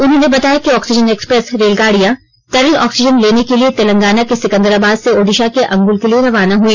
उन्होंने बताया कि ऑक्सीजन एक्सप्रेस रेलगाडियां तरल ऑक्सीजन लेने के लिए तेलंगाना के सिकन्दराबाद से ओडिशा के अंगुल के लिए रवाना हई